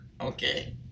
okay